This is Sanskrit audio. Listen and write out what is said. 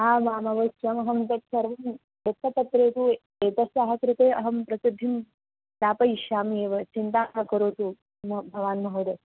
आम् आम् अवश्यम् अहं तत्सर्वं वृत्तपत्रेपि एतस्याः कृते अहं प्रसिद्धिं दापयिष्यामि एव चिन्तां न करोतु न भवान् महोदयः